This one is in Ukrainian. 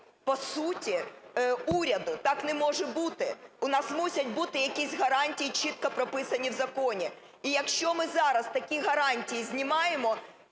по суті, уряду. Так не може бути, у нас мусять бути якісь гарантії чітко прописані в законі. І якщо ми зараз такі гарантії знімаємо